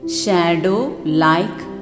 shadow-like